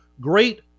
Great